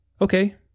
Okay